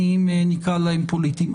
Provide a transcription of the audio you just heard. נקרא להם פוליטיים,